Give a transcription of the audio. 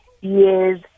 Yes